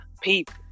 people